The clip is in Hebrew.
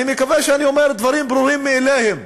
אני מקווה שאני אומר דברים ברורים מאליהם,